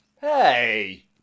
Hey